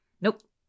Nope